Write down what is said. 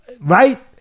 Right